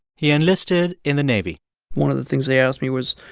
he enlisted in the navy one of the things they asked me was,